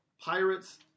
Pirates